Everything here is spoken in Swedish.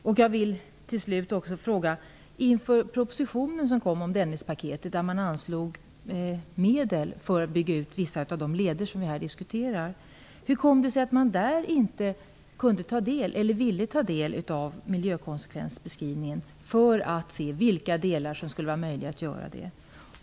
Hur kom det sig att man inför den proposition som kom om Dennispaketet, där man anslog medel för utbyggnad av vissa av de leder som vi här diskuterar, inte kunde, eller ville, ta del av miljökonsekvensbeskrivningen för att se för vilka delar en utbyggnad skulle vara möjlig?